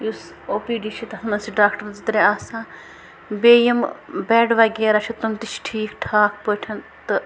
یُس O P D چھُ تَتھ منٛز چھِ ڈاکٹر زٕ ترٛےٚ آسا بیٚیہِ یِمہٕ بیڈ وغیرہ چھِ تِم تہِ چھِ ٹھیٖک ٹھاکھ پٲٹھۍ تہٕ